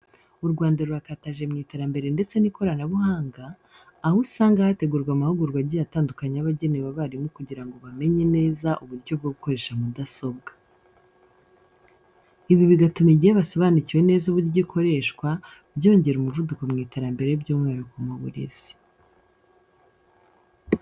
U Rwanda rurakataje mu iterambere ndetse n'ikoranabuhanga, aho usanga hategurwa amahugurwa agiye atandukanye aba agenewe abarimu kugira ngo bamenye neza uburyo bwo gukoresha mudasobwa. Ibi bigatuma igihe basobanukiwe neza uburyo ikoreshwa byongera umuvuduko mu iterambere byumwihariko mu burezi.